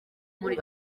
muri